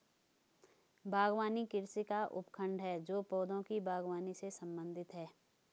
बागवानी कृषि का उपखंड है जो पौधों की बागवानी से संबंधित है